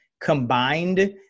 combined